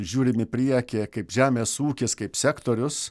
žiūrim į priekį kaip žemės ūkis kaip sektorius